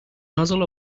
nozzle